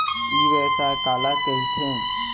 ई व्यवसाय काला कहिथे?